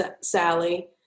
sally